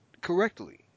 correctly